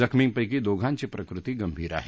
जखमींपैकी दोघांची प्रकृती गंभीर आहे